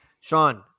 Sean